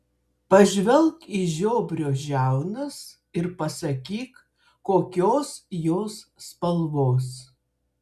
pažvelk į žiobrio žiaunas ir pasakyk kokios jos spalvos